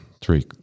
three